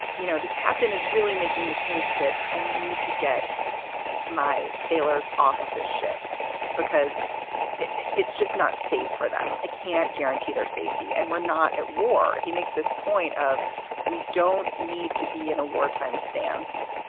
you know, this captain is really making the case that i need to get my sailors off of this ship because it's just not safe for them. i can't guarantee their safety and we're not at war. he makes this point of we don't need to be in a wartime stance.